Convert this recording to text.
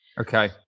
Okay